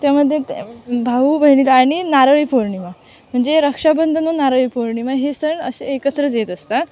त्यामध्ये ते भाऊ बहिणीला आणि नारळी पौर्णिमा म्हणजे रक्षाबंधन आणि नारळी पौर्णिमा हे सण असे एकत्रच येत असतात